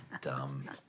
Dumb